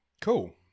Cool